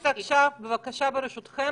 ברשותכם,